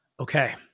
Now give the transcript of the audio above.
Okay